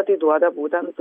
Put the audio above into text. tai duoda būtent